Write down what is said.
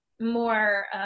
more